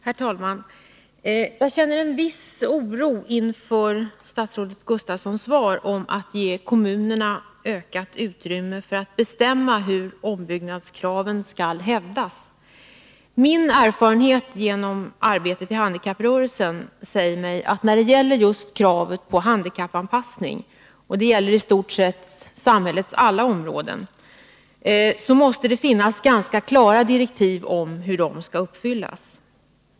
Herr talman! Jag känner en viss oro inför statsrådet Gustafssons svar om att ge kommunerna ökat utrymme för att bestämma hur ombyggnadskraven skall hävdas. Min erfarenhet genom arbetet i handikapprörelsen säger mig att i fråga om kraven på handikappanpassning — det gäller i stort sett på samhällets alla områden — måste det finnas ganska klara direktiv om hur de skall uppfyllas.